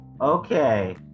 Okay